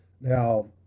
Now